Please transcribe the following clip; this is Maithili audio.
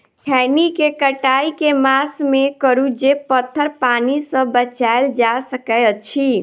खैनी केँ कटाई केँ मास मे करू जे पथर पानि सँ बचाएल जा सकय अछि?